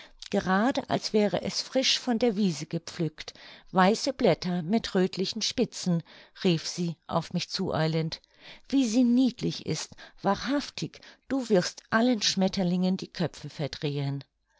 gerade als wäre es frisch von der wiese gepflückt weiße blätter mit röthlichen spitzen rief sie auf mich zueilend wie sie niedlich ist wahrhaftig du wirst allen schmetterlingen die köpfe verdrehen